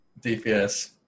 dps